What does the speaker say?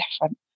different